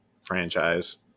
franchise